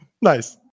Nice